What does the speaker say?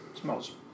Smells